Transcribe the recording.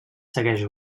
segueix